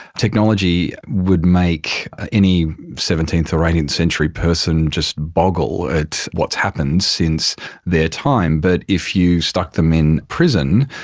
technology would make any seventeenth or eighteenth century person just boggle at what's happened since their time. but if you stuck them in prison,